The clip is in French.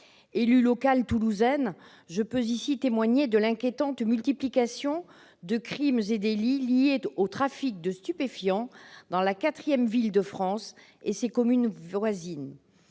Élue locale toulousaine, je peux ici témoigner de l'inquiétante multiplication des crimes et délits liés au trafic de stupéfiants dans la quatrième ville de France et ses communes voisines.